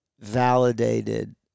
validated